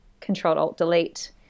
Control-Alt-Delete